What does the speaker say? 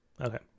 Okay